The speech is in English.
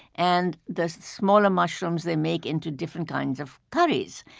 and the smaller mushrooms they make into different kinds of curries.